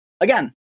again